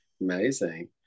Amazing